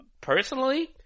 personally